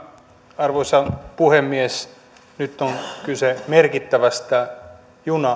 arvoisa puhemies nyt on kyse merkittävästä